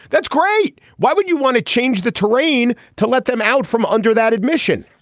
that's great. why would you want to change the terrain to let them out from under that admission.